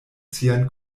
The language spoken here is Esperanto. sian